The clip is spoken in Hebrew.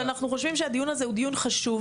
אנחנו חושבים שהדיון הזה הוא דיון חשוב,